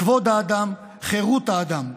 כבוד האדם, חירות האדם.